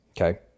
okay